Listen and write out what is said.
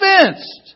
convinced